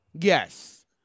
Yes